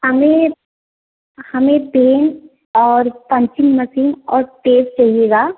हमें हमें पेन और पंचिंग मसीन और पेच चहिएगा